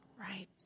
Right